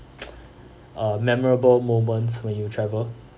a memorable moments when you travel